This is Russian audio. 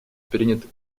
принят